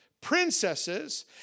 princesses